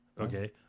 okay